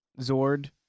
Zord